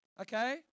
okay